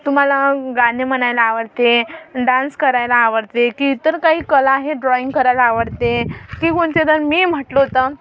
तुम्हाला गाणे म्हणायला आवडते डान्स करायला आवडते की इतर काही कला आहे ड्रॉइंग करायला आवडते की कोणती तर मी म्हटलं होतं